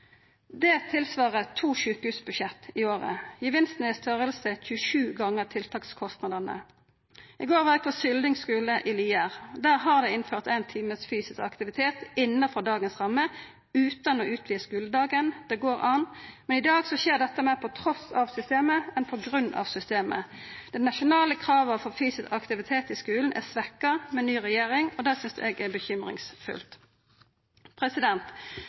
Det tilsvarar to sjukehusbudsjett i året. Gevinsten er i størrelse 27 gonger tiltakskostnadene. I går var eg på Sylling skule i Lier. Der har dei innført éin time fysisk aktivitet innanfor dagens rammer, utan å utvida skuledagen. Det går an. Men i dag skjer dette meir på tross av systemet enn på grunn av det. Dei nasjonale krava for fysisk aktivitet i skulen er svekt med ny regjering, og det synst eg er bekymringsfullt.